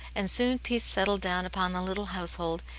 and soon peace settled down upon the little household,